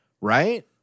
right